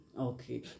Okay